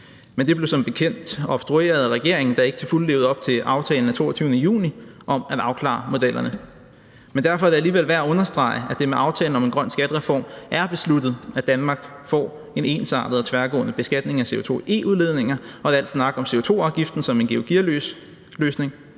men det blev som bekendt obstrueret af regeringen, der ikke til fulde levede op til aftalen af 22. juni om at afklare modellerne. Men derfor er det alligevel værd at understrege, at det med aftalen om en grøn skattereform er besluttet, at Danmark får en ensartet og tværgående beskatning af CO2-e-udledninger, og at al snak om CO2-afgiften som en Georg Gearløsløsning